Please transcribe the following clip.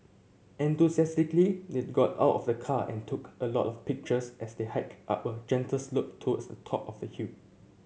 enthusiastically they got out of the car and took a lot of pictures as they hiked up a gentle slope towards the top of the hill